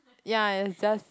ya it's just